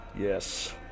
Yes